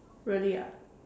really ah